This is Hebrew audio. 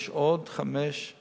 שיש עוד חמישה